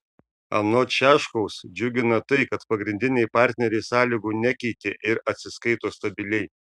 anot šiaškaus džiugina tai kad pagrindiniai partneriai sąlygų nekeitė ir atsiskaito stabiliai